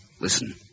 Listen